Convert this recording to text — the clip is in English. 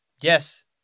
Yes